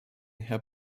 herr